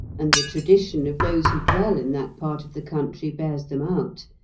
and the tradition of those who dwell in that part of the country bears them out,